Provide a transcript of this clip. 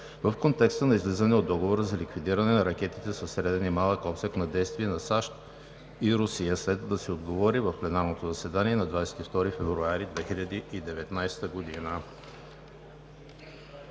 в контекста на излизане от Договора за ликвидиране на ракетите със среден и малък обсег на действие на САЩ и Русия. Следва да се отговори в пленарното заседание на 22 февруари 2019 г.